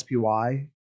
SPY